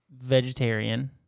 vegetarian